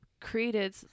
created